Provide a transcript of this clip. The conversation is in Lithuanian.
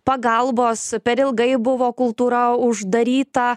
pagalbos per ilgai buvo kultūra uždaryta